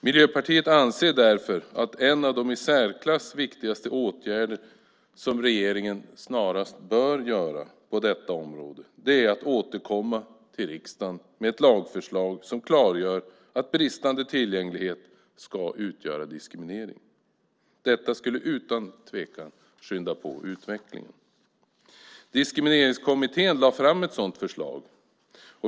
Miljöpartiet anser därför att en av de i särklass viktigaste åtgärder som regeringen snarast bör vidta på detta område är att återkomma till riksdagen med ett lagförslag som klargör att bristande tillgänglighet ska utgöra diskriminering. Detta skulle utan tvekan skynda på utvecklingen. Diskrimineringskommittén lade fram ett sådant förslag.